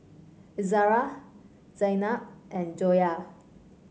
Izzara Zaynab and Joyah